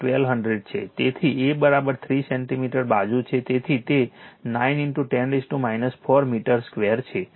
તેથી A 3 centimetre બાજુ છે તેથી તે 9 10 4 મીટર સ્ક્વેર છે